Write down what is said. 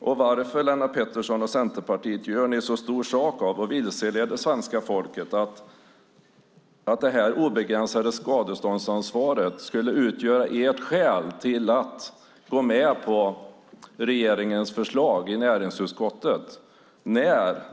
Varför gör ni, Lennart Pettersson och Centerpartiet, så stor sak av och vilseleder svenska folket med att det här obegränsade skadeståndsansvaret skulle utgöra ert skäl till att gå med på regeringens förslag i näringsutskottet?